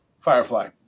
Firefly